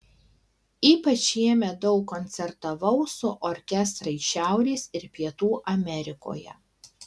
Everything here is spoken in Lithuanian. ypač šiemet daug koncertavau su orkestrais šiaurės ir pietų amerikoje